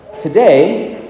Today